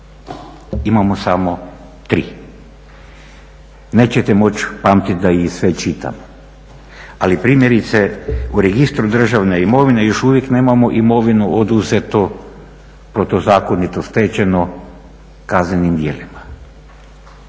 Imamo samo tri. Nećete moći pamtit da ih sve čitam, ali primjerice u Registru državne imovine još uvijek nemamo imovinu oduzetu, protuzakonito stečenu kaznenim djelima.